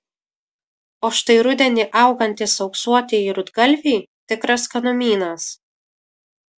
o štai rudenį augantys auksuotieji rudgalviai tikras skanumynas